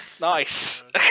Nice